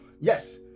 Yes